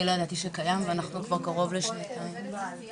אני לא ידעתי שדבר כזה קיים ואנחנו כבר קרוב לשנתיים בתוך הסיפור הזה.